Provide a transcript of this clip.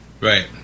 Right